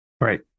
Right